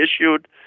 issued